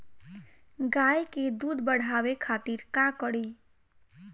गाय के दूध बढ़ावे खातिर का करी?